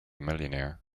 millionaire